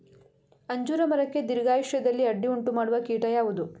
ಅಂಜೂರ ಮರಕ್ಕೆ ದೀರ್ಘಾಯುಷ್ಯದಲ್ಲಿ ಅಡ್ಡಿ ಉಂಟು ಮಾಡುವ ಕೀಟ ಯಾವುದು?